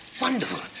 wonderful